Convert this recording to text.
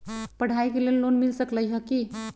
पढाई के लेल लोन मिल सकलई ह की?